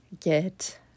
get